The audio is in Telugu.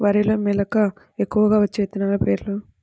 వరిలో మెలక ఎక్కువగా వచ్చే విత్తనాలు పేర్లు?